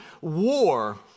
war